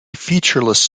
featureless